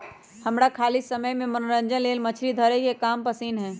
हमरा खाली समय में मनोरंजन लेल मछरी धरे के काम पसिन्न हय